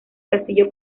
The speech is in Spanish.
castillo